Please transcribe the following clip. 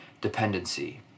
dependency